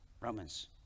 Romans